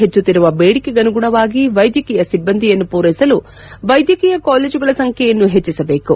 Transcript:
ಹೆಚ್ಚುತ್ತಿರುವ ಬೇಡಿಕೆಗನುಗುಣವಾಗಿ ವೈದ್ಯಕೀಯ ಒಬ್ಬಂದಿಯನ್ನು ಪೂರೈಸಲು ವೈದ್ಯಕೀಯ ಕಾಲೇಜುಗಳ ಸಂಖ್ಯೆಯನ್ನು ಹೆಚ್ಚಿಸಬೇಕು